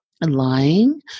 lying